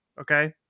Okay